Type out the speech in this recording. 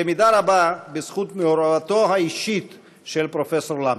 במידה רבה בזכות מעורבותו האישית של פרופ' למרט.